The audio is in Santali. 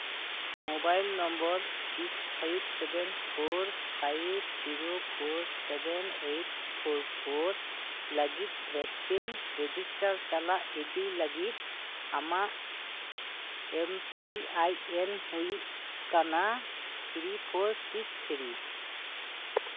mobile number six five seven four five zero four seven eight four four ᱞᱟᱹᱜᱤᱫ ᱵᱷᱮᱠᱥᱤᱱ ᱨᱮᱡᱤᱥᱴᱟᱨ ᱪᱟᱞᱟ ᱤᱫᱤ ᱞᱟᱹᱜᱤᱫ ᱟᱢᱟᱜ ᱮᱢ ᱯᱤ ᱟᱭ ᱮᱱ ᱦᱩᱭᱩᱜ ᱠᱟᱱᱟ ᱛᱷᱨᱤ ᱯᱷᱳᱨ ᱥᱤᱠᱥ ᱛᱷᱨᱤ